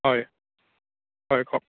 হয় হয় কওক